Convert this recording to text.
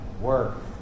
work